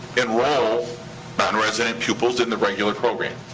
enroll non-resident pupils in the regular program.